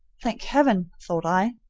thank heaven! thought i,